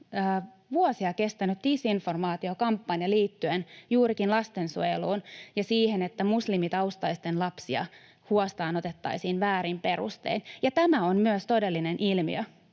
vuosia kestänyt disinformaatiokampanja liittyen juurikin lastensuojeluun ja siihen, että muslimitaustaisten lapsia huostaanotettaisiin väärin perustein. Tämä on myös todellinen ilmiö